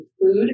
food